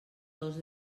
dos